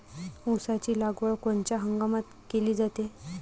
ऊसाची लागवड कोनच्या हंगामात केली जाते?